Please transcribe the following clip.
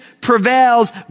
prevails